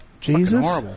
Jesus